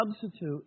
substitute